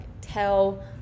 tell